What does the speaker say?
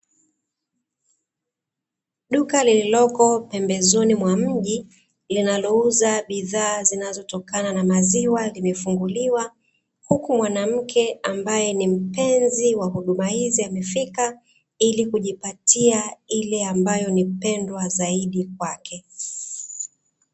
Duka lililoko pembezoni mwa mji linalouza bidhaa zinazotokana na maziwa limefunguliwa, huku mwanamke ambaye ni mpenzi wa huduma hizi amefika, ili kujipatia ile ambayo ni pendwa zaidi kwake.